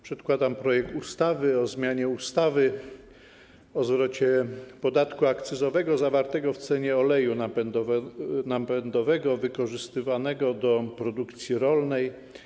Przedkładam projekt ustawy o zmianie ustawy o zwrocie podatku akcyzowego zawartego w cenie oleju napędowego wykorzystywanego do produkcji rolnej.